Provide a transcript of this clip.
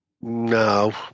No